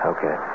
Okay